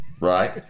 right